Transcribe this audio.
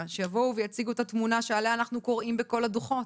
שיבואו ויציגו את התמונה שעליה אנחנו קוראים בכל הדוחות,